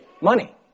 money